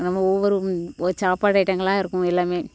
நம்ம ஒவ்வொரும் ஒரு சாப்பாடு ஐட்டங்கள்லாம் இருக்கும் எல்லாம்